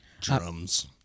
drums